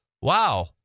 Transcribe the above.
Wow